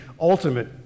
ultimate